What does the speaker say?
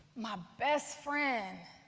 my best friend.